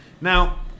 Now